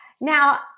Now